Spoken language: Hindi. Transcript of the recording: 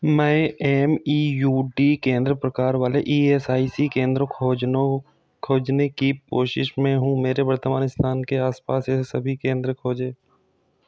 मैं एम ई यू डी केंद्र प्रकार वाले ई एस आई सी केंद्र खोजनों खोजने की कोशिश में हूँ मेरे वर्तमान स्थान के आस पास ऐसे सभी केंद्र खोजें